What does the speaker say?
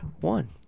one